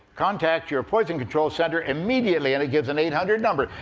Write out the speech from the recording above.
contact your poison control center immediately, and it gives an eight hundred number.